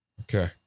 Okay